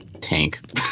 tank